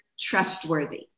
trustworthy